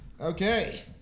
Okay